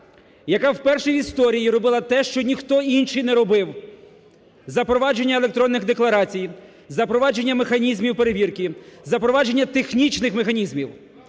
яка вперше в історії робила те, що ніхто інший не робив: запровадження електронних декларацій, запровадження механізмів перевірки, запровадження технічних механізмів.